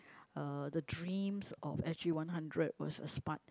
uh the dreams of s_g one hundred was a smart